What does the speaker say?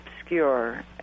obscure